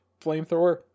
flamethrower